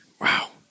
Wow